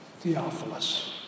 Theophilus